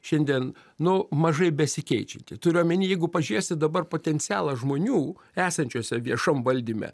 šiandien nu mažai besikeičiantį turiu omeny jeigu pažėsi dabar potencialą žmonių esančiuose viešam valdyme